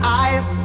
eyes